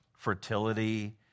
fertility